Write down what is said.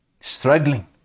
Struggling